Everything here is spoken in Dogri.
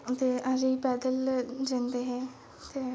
ते अस पैदल जंदे हे ते